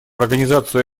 организацию